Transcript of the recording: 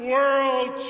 World